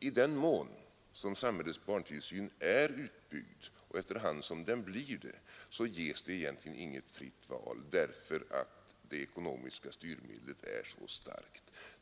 I den mån som samhällets barntillsyn är utbyggd och efter hand som den blir det ges det egentligen inget fritt val därför att det ekonomiska styrmedlet är så starkt.